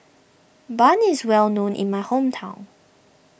Bun is well known in my hometown